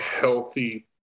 healthy